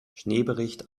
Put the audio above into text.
schneebericht